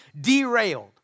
derailed